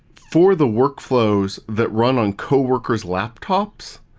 for the workflows that run on coworkers' laptops,